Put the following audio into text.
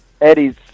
Eddie's